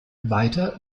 weiter